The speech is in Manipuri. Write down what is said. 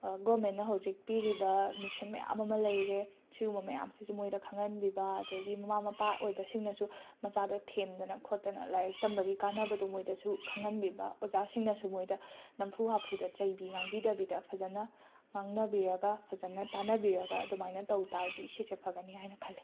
ꯒꯣꯃꯦꯟꯅ ꯍꯧꯖꯤꯛ ꯄꯤꯔꯤꯕ ꯃꯤꯁꯟ ꯃꯌꯥꯝ ꯑꯃ ꯂꯩꯔꯦ ꯁꯤꯒꯨꯝꯕ ꯃꯌꯥꯝꯁꯤꯁꯨ ꯃꯣꯏꯗ ꯈꯪꯍꯟꯕꯤꯕ ꯑꯗꯒꯤ ꯃꯃꯥ ꯃꯄꯥ ꯑꯣꯏꯕꯁꯤꯡꯅꯁꯨ ꯃꯆꯥꯗ ꯊꯦꯝꯗꯅ ꯈꯣꯠꯇꯅ ꯂꯥꯏꯔꯤꯛ ꯇꯝꯕꯒꯤ ꯀꯥꯟꯅꯕꯗꯣ ꯃꯣꯏꯗꯁꯨ ꯈꯪꯍꯟꯕꯤꯕ ꯑꯣꯖꯥꯁꯤꯡꯅꯁꯨ ꯃꯣꯏꯗ ꯅꯝꯐꯨ ꯍꯥꯐꯨꯗ ꯆꯩꯕꯤ ꯉꯥꯡꯕꯤꯗꯕꯤꯗ ꯐꯖꯅ ꯉꯥꯡꯅꯕꯤꯔꯒ ꯐꯖꯅ ꯇꯥꯟꯅꯕꯤꯔꯒ ꯑꯗꯨꯃꯥꯏꯅ ꯇꯧ ꯇꯥꯔꯒꯗꯤ ꯁꯤꯁꯦ ꯐꯒꯅꯤ ꯍꯥꯏꯅ ꯈꯜꯂꯦ